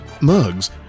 mugs